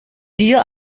dir